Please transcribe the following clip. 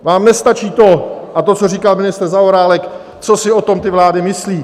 Vám nestačí to, a to co říká ministr Zaorálek, co si o tom ty vlády myslí.